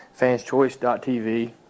fanschoice.tv